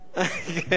יש צרפת נגד אנגליה.